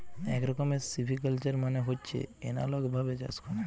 এক রকমের সিভিকালচার মানে হচ্ছে এনালগ ভাবে চাষ করা